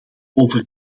over